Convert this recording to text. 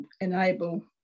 enable